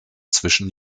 zwischen